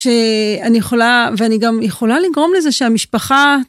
שאני יכולה, ואני גם יכולה לגרום לזה שהמשפחה...